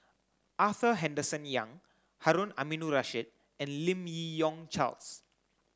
Arthur Henderson Young Harun Aminurrashid and Lim Yi Yong Charles